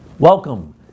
Welcome